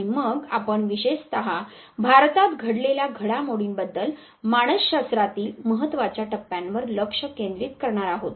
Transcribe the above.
आणि मग आपण विशेषत भारतात घडलेल्या घडामोडींबद्दल मानस शास्त्रातील महत्त्वाच्या टप्प्यांवर लक्ष केंद्रित करणार आहोत